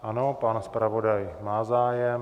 Ano, pan zpravodaj má zájem.